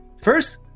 First